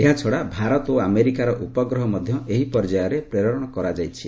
ଏହାଛଡ଼ା ଭାରତ ଓ ଆମେରିକାର ଉପଗ୍ରହ ମଧ୍ୟ ଏହି ପର୍ଯ୍ୟାୟରେ ପ୍ରେରଣ କରାଯାଇଛି